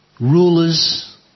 rulers